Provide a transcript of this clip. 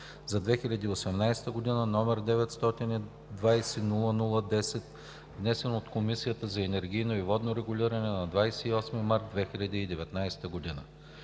за 2018 г., № 920-00-10, внесен от Комисията за енергийно и водно регулиране на 28 март 2019 г.